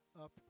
up